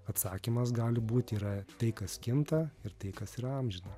atsakymas gali būti yra tai kas kinta ir tai kas yra amžina